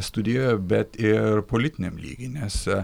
studijoje bet ir politiniam lygy nes